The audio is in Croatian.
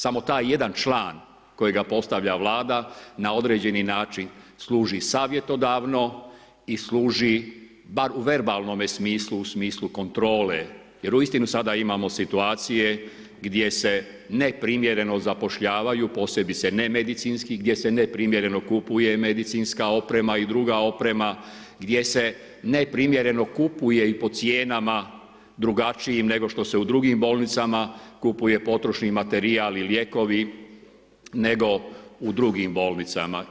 Samo taj jedan član kojega postavlja vlada, na određeni način služi savjetodavno i služi bar u verbalnome smislu, u smislu kontrole jer uistinu sada imamo situacije, gdje se neprimjereno zapošljavaju, posebice nemedicinski, gdje se neprimjereno kupuje medicinske oprema i druga oprema, gdje se neprimjereno kupuje i po cijenama drugačijim nego što se u drugim bolnicama kupuje potrošni materijal i lijekovi nego u drugim bolnicama.